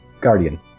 Guardian